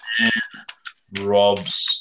Rob's